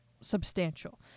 substantial